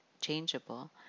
changeable